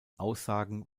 aussagen